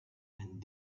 and